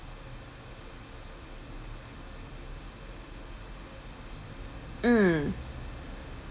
mm